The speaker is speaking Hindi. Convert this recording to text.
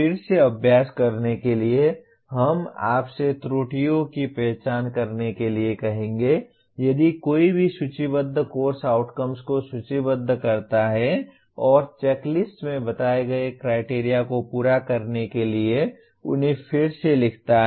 फिर से अभ्यास करने के लिए हम आपसे त्रुटियों की पहचान करने के लिए कहेंगे यदि कोई भी सूचीबद्ध कोर्स आउटकम्स को सूचीबद्ध करता है और चेकलिस्ट में बताए गए क्राइटेरिया को पूरा करने के लिए उन्हें फिर से लिखता है